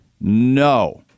No